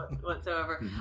whatsoever